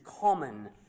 common